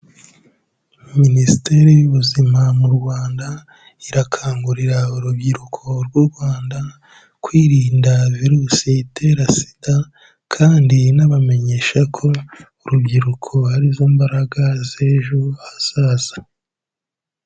Minisiteri y'ubuzima mu Rwanda, irakangurira urubyiruko rw'u Rwanda ,kwirinda virusi itera Sida, kandi inabamenyesha ko urubyiruko arizo mbaraga z'ejo hazaza.